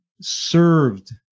served